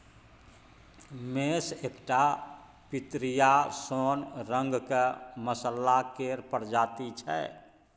मेस एकटा पितरिया सोन रंगक मसल्ला केर प्रजाति छै